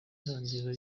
itangiriro